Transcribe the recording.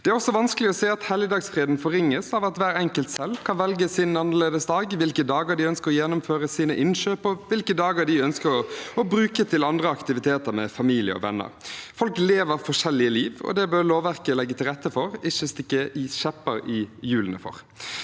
Det er også vanskelig å se at helligdagsfreden forringes av at hver enkelt selv kan velge sin annerledesdag, hvilke dager man ønsker å gjennomføre sine innkjøp, og hvilke dager man ønsker å bruke til andre aktiviteter med familie og venner. Folk lever forskjellige liv, og det bør lovverket legge til rette for, ikke stikke kjepper i hjulene for.